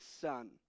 son